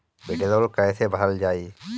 भीडरौल कैसे भरल जाइ?